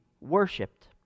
worshipped